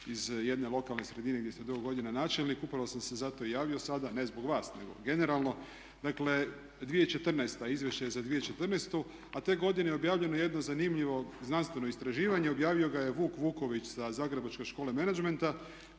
iz jedne lokalne sredine gdje ste dugo godina načelnik upravo sam se zato i javio sada, ne zbog vas, nego generalno. Dakle 2014.,izvješće je za 2014., a te je godine objavljeno jedno zanimljivo znanstveno istraživanje, objavio ga je Vuk Vuković sa Zagrebačke škole menadžmenta